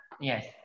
yes